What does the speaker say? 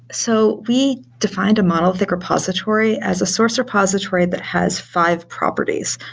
so we defined a monolithic repository as a source repository that has five properties.